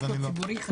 לחץ ציבורי חשוב.